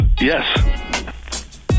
yes